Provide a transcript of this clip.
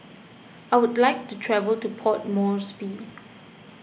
I would like to travel to Port Moresby